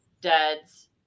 dad's